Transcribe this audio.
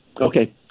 Okay